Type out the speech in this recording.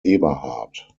eberhardt